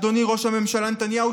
אדוני ראש הממשלה נתניהו,